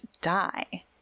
die